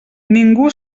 ningú